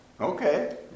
Okay